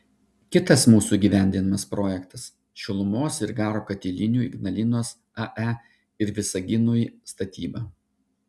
kitas mūsų įgyvendinamas projektas šilumos ir garo katilinių ignalinos ae ir visaginui statyba